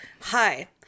Hi